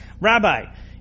Rabbi